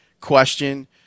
question